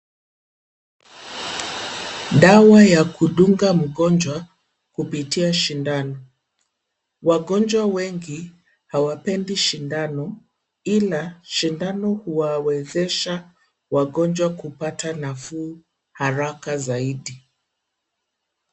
Dawa ya kudunga mgonjwa kupitia sindano . Wagonjwa hawapendi sindano , ila sindano huwawezesha wagonjwa kupata nafuu zaidi .